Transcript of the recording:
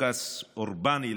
דוכס אורבינו,